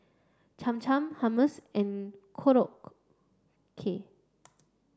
Cham Cham Hummus and Korokke